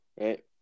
right